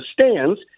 stands